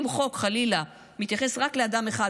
אם חוק חלילה מתייחס רק לאדם אחד